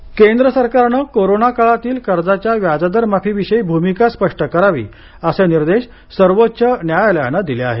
याचिका केंद्र सरकारनं कोरोना काळातील कर्जाच्या व्याजदर माफीविषयी भूमिका स्पष्ट करावी असे निर्देश सर्वोच्च न्यायालयानं दिले आहेत